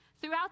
Throughout